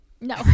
No